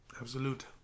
Absolute